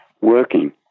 working